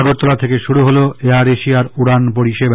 আগরতলা থেকে শুরু হল এয়ার এশিয়ার উড়ান পরিষেবা